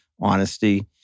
honesty